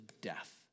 death